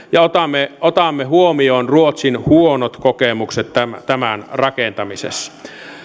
ja otamme otamme huomioon ruotsin huonot kokemukset tämän tämän rakentamisessa